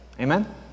Amen